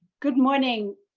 good morning,